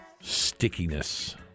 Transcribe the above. stickiness